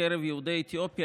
בקרב יהודי אתיופיה,